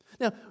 Now